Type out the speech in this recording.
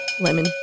Lemon